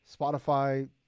Spotify